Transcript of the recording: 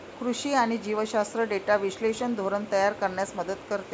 कृषी आणि जीवशास्त्र डेटा विश्लेषण धोरण तयार करण्यास मदत करते